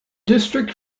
district